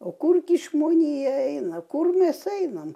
o kurgi žmonija eina kur mes einam